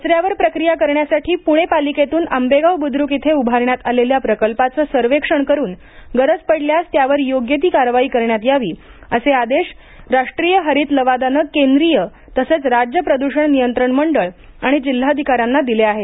कचऱ्यावर प्रक्रिया करण्यासाठी पुणे पालिकेडून आंबेगाव ब्रुद्रुक इथे उभारण्यात आलेल्या प्रकल्पाचं सर्वेक्षण करून गरज पडल्यास त्यावर योग्य ती कारवाई करण्यात यावी असे आदेश राष्ट्रीय हरित लवादानं केंद्रीय तसंच राज्य प्रदूषण नियंत्रण मंडळ आणि जिल्हाधिकाऱ्यांना दिले आहेत